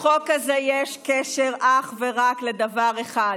לחוק הזה יש קשר אך ורק לדבר אחד,